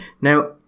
Now